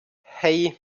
hei